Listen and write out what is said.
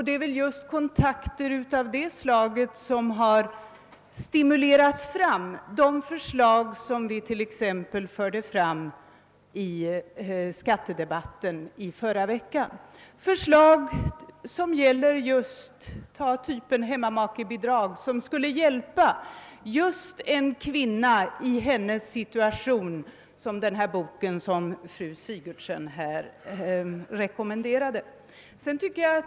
Det är väl just kontakter av det slaget som har stimulerat fram de förslag som vi fört fram bl.a. i förra veckans skattedebatt, t.ex. förslag av typen hemmamakebidrag, som skulle hjälpa en kvinna som skildras i den bok fru Sigurdsen rekommenderade.